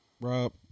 Rob